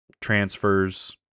transfers